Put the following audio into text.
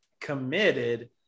committed